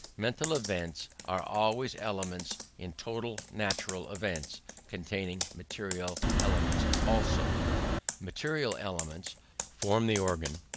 mental events are always elements in total natural events containing material elements also material elements form the organ,